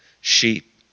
sheep